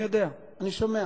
אני יודע, אני שומע.